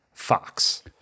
Fox